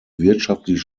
wirtschaftlich